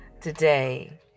today